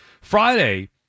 Friday